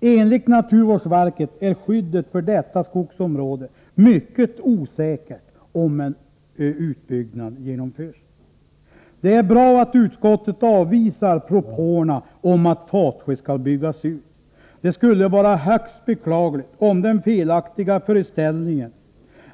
Enligt naturvårdsverket är skyddet för detta skogsområde mycket osäkert om en utbyggnad genomförs. Det är bra att utskottet avvisar propåerna om att Fatsjö skall byggas ut. Det skulle vara högst beklagligt om den felaktiga föreställningen